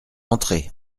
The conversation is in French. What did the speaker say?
entrez